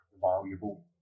valuable